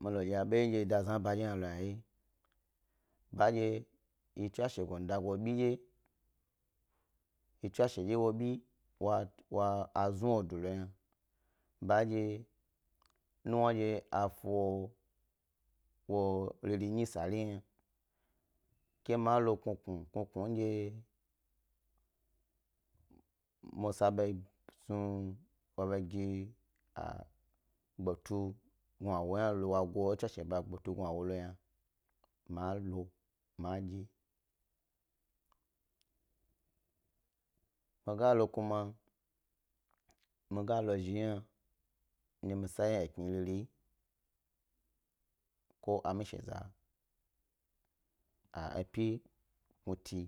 Mi lo dye abo ndye ba da zna eba hna lo yna wye, bandye he tswanshe gondayo yi bi nuwna dye bandye gondagoyi bi nuwna dye bandye znu wo do, lo gna, nuwna ndye a fu wo riri sa nyi yna ke ma lo gnugnu, gnugnu ndye musa snu, wo go kpe tu gnawo. wo go e tswashe ba keptu gnuwo lo yna malo ma dye wye, migalo kuma, miga la zhi hna ndye mi sa kni riri ko amishe za, eppyi knuti